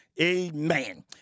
Amen